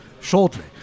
shortly